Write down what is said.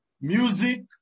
Music